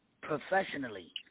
Professionally